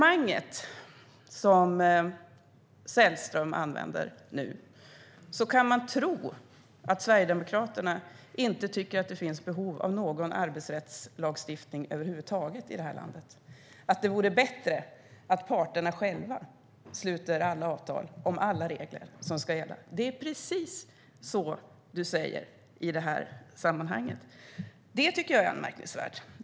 Av Sällströms resonemang kan man tro att Sverigedemokraterna inte tycker att det finns behov av någon arbetsrättslagstiftning över huvud taget i det här landet, att det vore bättre att parterna själva sluter alla avtal om alla regler som ska gälla. Det är precis så Sällström säger i det här sammanhanget. Det tycker jag är anmärkningsvärt.